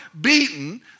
beaten